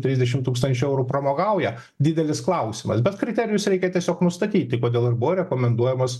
trisdešimt tūkstančių eurų pramogauja didelis klausimas bet kriterijus reikia tiesiog nustatyti kodėl ir buvo rekomenduojamas